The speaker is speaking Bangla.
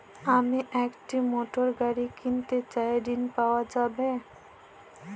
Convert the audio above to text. আমি একটি মোটরগাড়ি কিনতে চাই ঝণ পাওয়া যাবে?